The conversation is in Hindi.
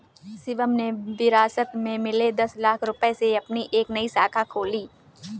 शिवम ने विरासत में मिले दस लाख रूपए से अपनी एक नई शाखा खोली